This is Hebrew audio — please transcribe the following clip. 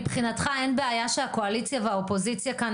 מבחינתך אין בעיה שהקואליציה והאופוזיציה כאן